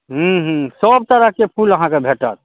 हूँ हूँ सब तरहकेँ फुल अहाँकेँ भेटत